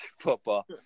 football